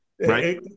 right